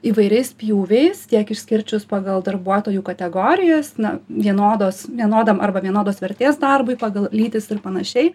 įvairiais pjūviais tiek išskirčius pagal darbuotojų kategorijas na vienodos vienodam arba vienodos vertės darbui pagal lytis ir panašiai